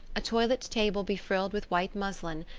a toilet table befrilled with white muslin,